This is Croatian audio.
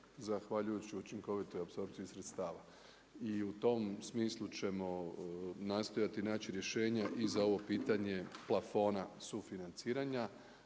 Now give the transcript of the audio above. zahvaljujući učinkovitoj apsorpciji sredstava. I u tom smislu ćemo nastojati naći rješenja i za ovo pitanje plafona sufinanciranja.